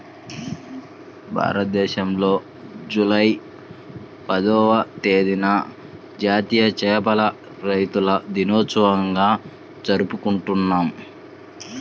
భారతదేశంలో జూలై పదవ తేదీన జాతీయ చేపల రైతుల దినోత్సవంగా జరుపుకుంటున్నాం